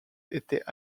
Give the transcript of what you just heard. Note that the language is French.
étaient